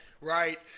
right